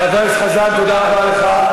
חבר הכנסת חזן, תודה רבה לך.